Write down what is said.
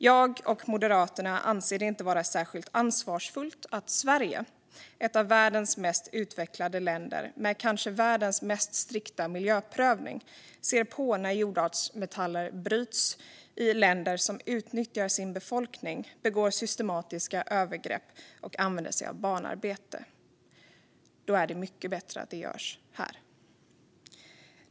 Jag och Moderaterna anser inte att det är särskilt ansvarsfullt att Sverige, som är ett av världens mest utvecklade länder med kanske världens mest strikta miljöprövning, ser på när jordartsmetaller bryts i länder som utnyttjar sin befolkning, begår systematiska övergrepp och använder sig av barnarbete. Det är därför mycket bättre att de bryts här.